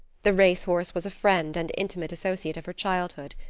the race horse was a friend and intimate associate of her childhood.